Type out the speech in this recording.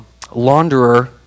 launderer